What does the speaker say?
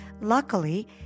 Luckily